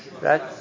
right